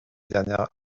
dernières